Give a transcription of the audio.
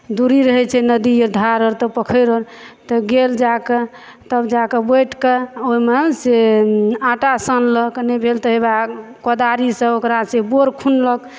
दूरी रहै छै नदी धार आर तऽ पोखरि आर तऽ गेल जाकऽ तब जाकऽ बैठकऽ ओइमे से आटा सानलक नै भेल तऽ होबए कोदारिसऽ ओकरासऽ बोर खुनलक